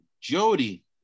Jody